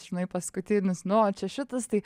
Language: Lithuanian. žinai paskutinis nu o čia šitas tai